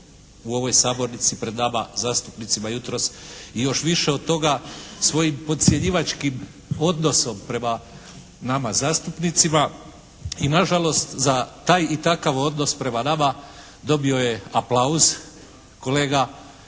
u ovoj sabornici pred nama zastupnicima jutros i još više od toga svojim potcjenjivačkim odnosom prema nama zastupnicima i nažalost za taj i takav odnos prema nama dobio je aplauz kolega